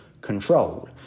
control